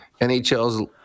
NHL's